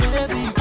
Baby